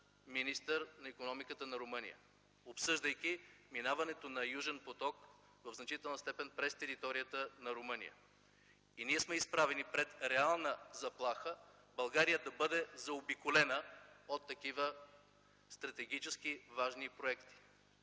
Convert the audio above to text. министъра на икономиката на Румъния, обсъждайки минаването на „Южен поток” в значителна степен през територията на Румъния. Ние сме изправени пред реална заплаха България да бъде заобиколена от такива стратегически важни проекти.